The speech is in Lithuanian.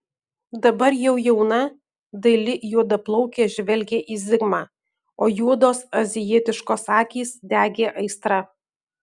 dabar jau jauna daili juodaplaukė žvelgė į zigmą o juodos azijietiškos akys degė aistra